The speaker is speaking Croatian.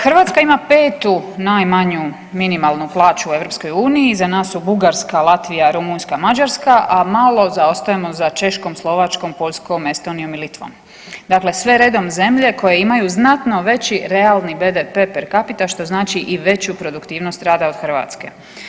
Hrvatska ima petu najmanju minimalnu plaću u EU, iza nas su Bugarska, Latvija, Rumunjska, Mađarska, a malo zaostajemo za Češkom, Slovačkom, Poljskom, Estonijom i Litvom, dakle sve redom zemlje koje imaju znatno veći realni BDP per capita što znači i veću produktivnost rada od hrvatske.